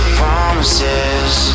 promises